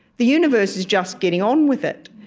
the universe is just getting on with it